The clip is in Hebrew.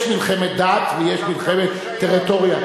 יש מלחמת דת ויש מלחמת טריטוריה.